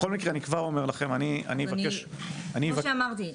כמו שאמרתי,